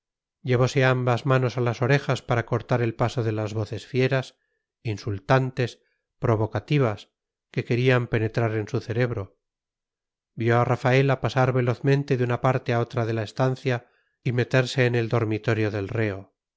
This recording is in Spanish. coronel llevose ambas manos a las orejas para cortar el paso de las voces fieras insultantes provocativas que querían penetrar en su cerebro vio a rafaela pasar velozmente de una parte a otra de la estancia y meterse en el dormitorio del reo